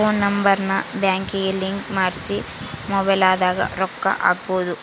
phone number ನ ಬ್ಯಾಂಕಿಗೆ link ಮಾಡ್ಸಿ ಮೊಬೈಲದಾಗ ರೊಕ್ಕ ಹಕ್ಬೊದು